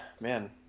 man